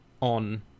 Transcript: on